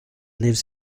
lives